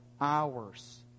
hours